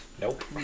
Nope